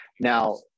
Now